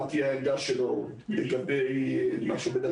מה תהיה העמדה שלו לגבי מה שעומד על